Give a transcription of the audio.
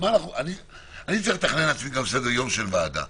אני צריך לתכנן לעצמי גם סדר-יום של הוועדה.